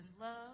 love